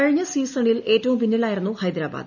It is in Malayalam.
കഴിഞ്ഞ സീസണിൽ ഏറ്റവും പിന്നിലായിരുന്നു ഹൈദരാബാദ്